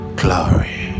glory